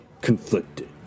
conflicted